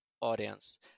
audience